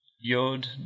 yod